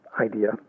idea